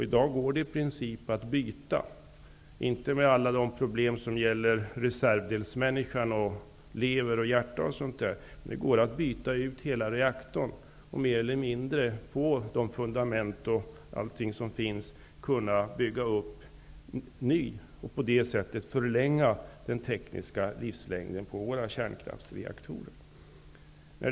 I dag går det i princip att byta ut hela reaktorn -- utan alla de problem som gäller reservdelsmänniskans organ lever, hjärta o.d. -- och på de fundament som finns bygga upp en ny reaktor. På det viset förlängs den tekniska livslängden för känkraftsreaktorerna.